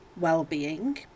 well-being